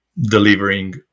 delivering